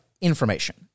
information